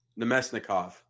Nemesnikov